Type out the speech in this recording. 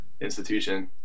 institution